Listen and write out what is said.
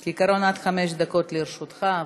כעיקרון, עד חמש דקות לרשותך.